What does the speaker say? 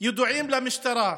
ידועים למשטרה,